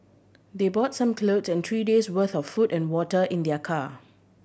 they brought some clothes and three days' worth of food and water in their car